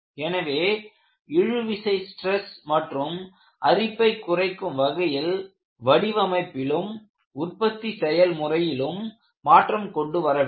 எனவே இழுவிசை ஸ்டிரஸ் மற்றும் அரிப்பை குறைக்கும் வகையில் வடிவமைப்பிலும் உற்பத்தி செயல் முறையிலும் மாற்றம் கொண்டுவர வேண்டும்